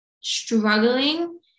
struggling